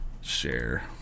Share